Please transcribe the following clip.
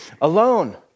alone